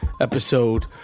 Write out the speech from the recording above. episode